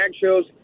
shows